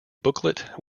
booklet